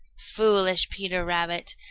foolish peter rabbit!